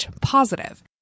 positive